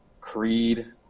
Creed